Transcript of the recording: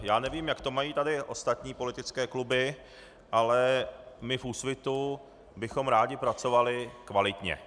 Já nevím, jak to mají tady ostatní politické kluby, ale my v Úsvitu bychom rádi pracovali kvalitně.